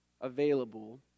available